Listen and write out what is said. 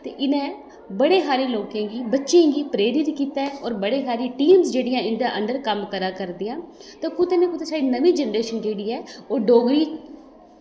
ते इनें बड़े हारे बच्चें गी लोकें गी प्रेरित कीता होर बड़ी हारियां टीम जेह्ड़ियां न इंदे अंदर कम्म करा करदियां ते कुदै ना कुदै नमीं जनरेशन जेह्ड़ी ऐ ओह् डोगरी